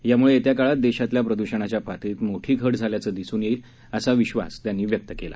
यामुळे येत्या काळात देशातल्या प्रदुषणाच्या पातळीत मोठी घट झाल्याचं दिसून येईल असा विश्वासही त्यांनी व्यक्त केला